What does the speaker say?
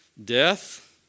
Death